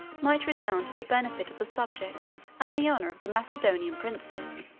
might redound to the benefit of the subject and the honor of the macedonian princes.